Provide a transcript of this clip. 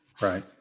Right